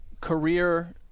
career